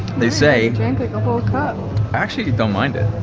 they say you drank like a whole cup. i actually don't mind it.